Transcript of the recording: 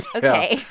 ok,